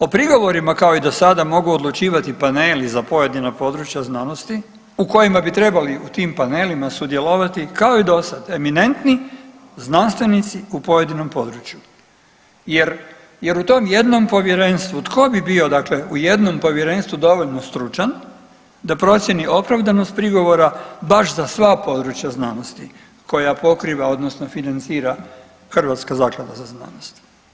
O prigovorima kao i do sada mogu odlučivati paneli za pojedina područja znanosti u kojima bi trebali u tim panelima sudjelovati kao i do sad, eminentni znanstvenici u pojedinom području jer u tom jednom povjerenstvu tko bi bio u jednom povjerenstvu dovoljno stručan da procijeni opravdanost prigovora baš za sva područja znanosti koja pokriva odnosno financira Hrvatska zaklada za znanost.